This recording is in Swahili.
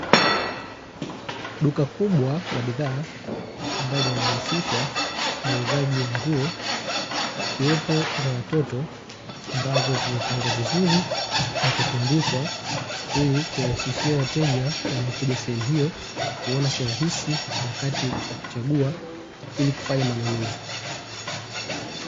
Duka kubwa la bidhaa, ambalo linajihusisha na uuzaji wa nguo, zikiwepo za watoto ambazo zimepangwa vizuri na kutundikwa ili kurahisishia wateja wanaokuja sehemu hiyo kuona kiurahisi wakati wa kuchagua ili kufanya manunuzi.